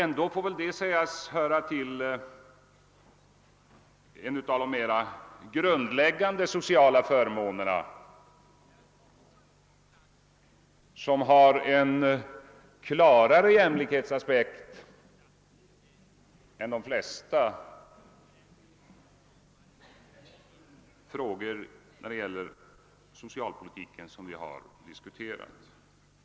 Ändå får väl denna sak sägas höra till de mera grundläggande sociala förmånerna, som har en klarare jämlikhetsaspekt än de flesta andra frågor inom socialpolitiken som vi har diskuterat.